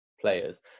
players